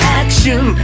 action